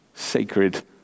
Sacred